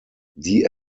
die